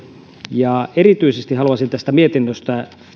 ja erityisesti haluaisin tästä mietinnöstä